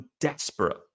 desperate